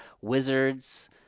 wizards